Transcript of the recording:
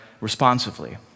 responsively